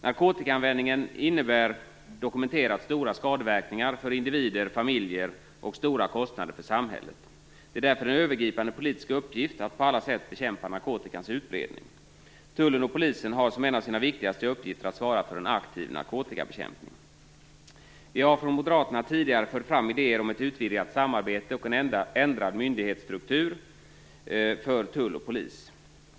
Narkotikaanvändningen innebär dokumenterat stora skadeverkningar för individer och familjer och medför stora kostnader för samhället. Det är därför en övergripande politisk uppgift att på alla sätt bekämpa narkotikans utbredning. Tullen och Polisen har som en av sina viktigaste uppgifter att svara för en aktiv narkotikabekämpning. Vi har från moderaternas håll tidigare fört fram idéer om ett utvidgat samarbete och en ändrad myndighetsstruktur för tull och polis.